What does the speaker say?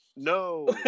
No